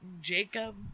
Jacob